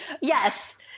Yes